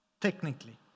Technically